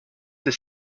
des